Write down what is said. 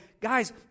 guys